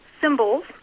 symbols